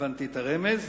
הבנתי את הרמז.